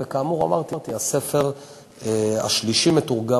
כאמור, אמרתי: הספר השלישי מתורגם.